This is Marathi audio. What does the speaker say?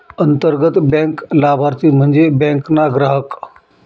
अंतर्गत बँक लाभारती म्हन्जे बँक ना ग्राहक